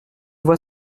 vois